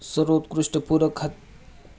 सर्वोत्कृष्ट पूरक पशुखाद्य कोणते आहे?